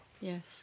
Yes